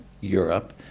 Europe